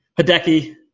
Hideki